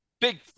big